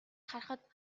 харахад